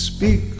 Speak